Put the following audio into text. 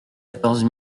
quatorze